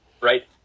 right